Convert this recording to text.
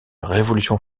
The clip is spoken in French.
révolution